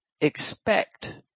expect